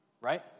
Right